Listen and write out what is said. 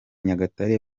nyagatare